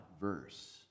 verse